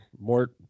more